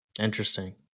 Interesting